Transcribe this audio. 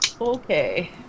Okay